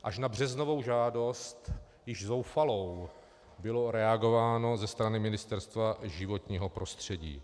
Až na březnovou žádost, již zoufalou, bylo reagováno ze strany Ministerstva životního prostředí.